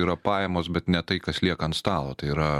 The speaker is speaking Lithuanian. yra pajamos bet ne tai kas lieka ant stalo tai yra